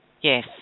yes